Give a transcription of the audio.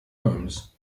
homes